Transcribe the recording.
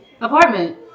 apartment